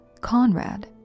Conrad